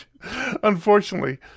unfortunately